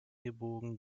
gebogen